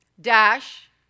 dash